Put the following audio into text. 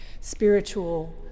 spiritual